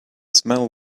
smell